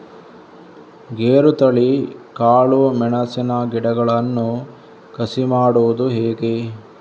ಗೇರುತಳಿ, ಕಾಳು ಮೆಣಸಿನ ಗಿಡಗಳನ್ನು ಕಸಿ ಮಾಡುವುದು ಹೇಗೆ?